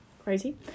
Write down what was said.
crazy